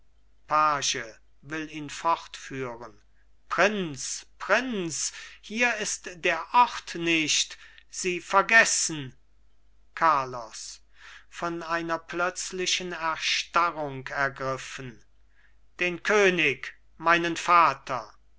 page will ihn fortführen prinz prinz hier ist der ort nicht sie vergessen carlos von einer plötzlichen erstarrung ergriffen den könig meinen vater